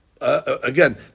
again